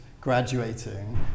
graduating